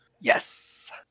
yes